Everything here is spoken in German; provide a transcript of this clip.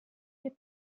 hier